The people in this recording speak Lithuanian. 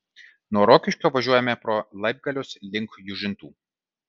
nuo rokiškio važiuojame pro laibgalius link jūžintų